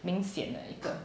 明显的一个